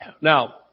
Now